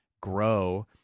grow